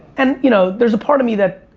and you know, there's a part of me that,